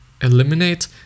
eliminate